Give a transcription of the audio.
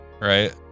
Right